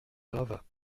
gravats